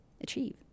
achieve